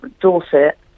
dorset